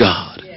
God